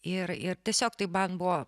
ir ir tiesiog tai man buvo